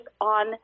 on